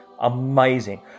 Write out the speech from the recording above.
Amazing